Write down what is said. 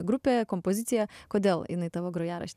grupė kompozicija kodėl jinai tavo grojarašty